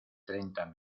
treinta